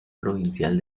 provincial